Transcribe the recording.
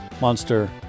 monster